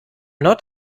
not